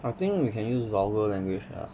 I think we can used vulgar language lah